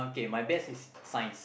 okay my best is five